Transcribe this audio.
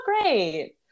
great